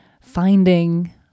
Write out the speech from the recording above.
finding